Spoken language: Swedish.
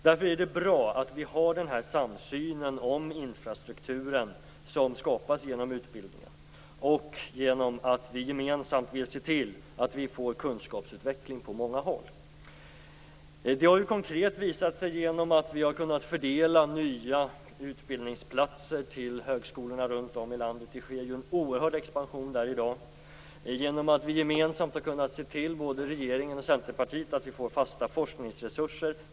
Därför är det bra att vi har den här samsynen om infrastrukturen som skapas genom utbildningen och att vi gemensamt vill se till att vi får kunskapsutveckling på många håll. Det har konkret visat sig genom att vi har kunnat fördela nya utbildningsplatser till högskolorna runt om i landet - det sker ju en oerhörd expansion där i dag - och genom att regeringen och Centerpartiet gemensamt har kunnat se till att vi får fasta forskningsresurser.